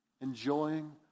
Enjoying